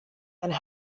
and